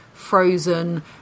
frozen